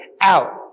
out